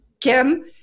Kim